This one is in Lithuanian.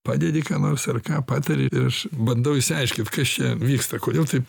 padedi ką nors ar ką patari ir aš bandau išsiaiškint kas čia vyksta kodėl taip